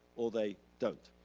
or they don't,